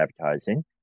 advertising